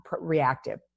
reactive